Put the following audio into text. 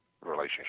relationship